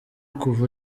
kuva